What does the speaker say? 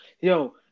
Yo